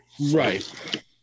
Right